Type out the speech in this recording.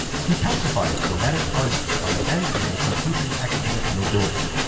he pacified the nomadic armies by abandoning the confucian academic nobility,